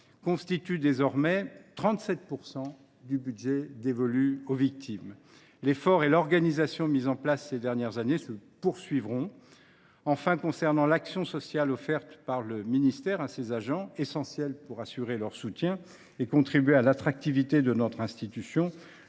constitue désormais 37 % du budget dévolu aux victimes. L’effort et l’organisation mis en place ces dernières années se poursuivront. Enfin, concernant l’action sociale offerte par le ministère à ses agents, action qui est essentielle pour assurer leur soutien et contribuer à l’attractivité de notre institution,